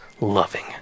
loving